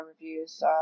reviews